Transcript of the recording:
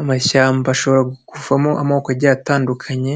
Amashyamba ashobora kuvamo amoko agiye atandukanye,